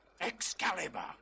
Excalibur